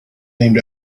named